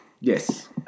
Yes